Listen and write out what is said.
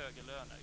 högre löner".